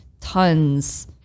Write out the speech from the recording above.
tons